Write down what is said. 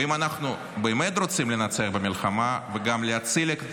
ואם אנחנו באמת רוצים לנצח במלחמה וגם להציל את